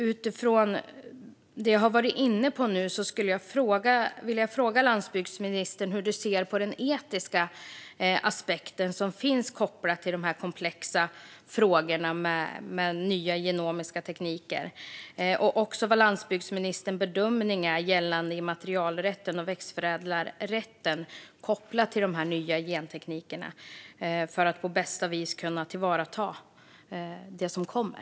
Utifrån det jag varit inne på nu skulle jag vilja fråga landsbygdsministern hur han ser på den etiska aspekt som finns kopplad till de komplexa frågorna om nya genomiska tekniker. Jag undrar också vad landsbygdsministerns bedömning är gällande immaterialrätten och växtförädlarrätten kopplad till nya gentekniker för att på bästa vis kunna tillvarata det som kommer.